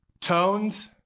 tones